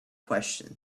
question